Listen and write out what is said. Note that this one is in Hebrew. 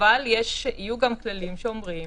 אבל יהיו גם כללים שאומרים